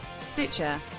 Stitcher